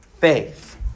faith